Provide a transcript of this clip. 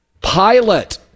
Pilot